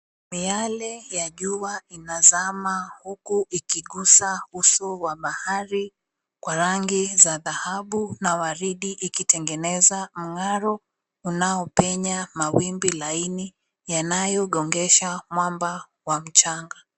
Miale ya jua inazama huku ikiguza uso wa bahari kwa rangi za dhahabu na waridi ikitengeneza mng'aro unaopenya mawimbi laini yanayogongesha mwamba wa mchanga.